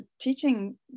teaching